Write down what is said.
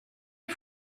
les